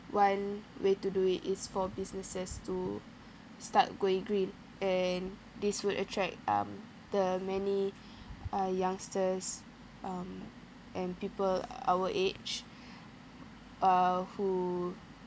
one way to do it is for businesses to start going green and this would attract um the many are(uh) youngsters um and people our age uh who